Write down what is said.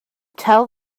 tell